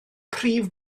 prif